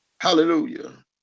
Hallelujah